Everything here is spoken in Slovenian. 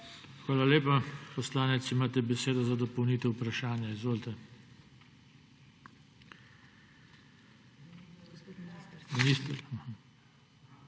Hvala lepa. Poslanec, imate besedo za dopolnitev vprašanja, izvolite.